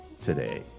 today